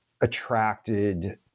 attracted